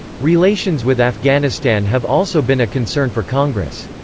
relations with afghanistan have also been a concern for congress.